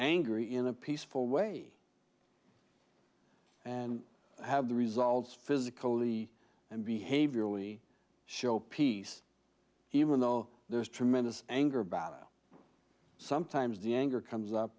angry in a peaceful way and have the results physically and behaviorally show peace even though there is tremendous anger about sometimes the anger comes up